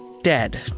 dead